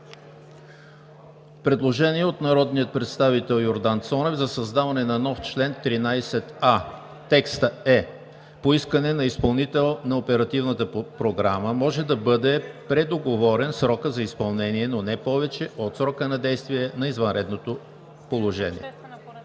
Предложение от народния представител Йордан Цонев за създаване на нов чл. 13а: „По искане на изпълнител на обществена поръчка може да бъде предоговорен срокът за изпълнение, но не повече от срока на действие на извънредното положение.“